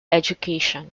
education